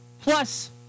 Plus